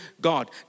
God